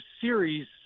series